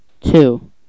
two